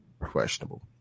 questionable